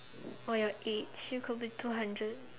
for your age it could be two hundred